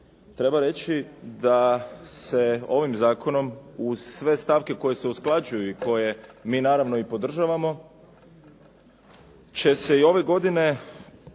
Treba reći da se ovim zakonom uz sve stavke koje se usklađuju i koje mi naravno i podržavamo će se i ove godine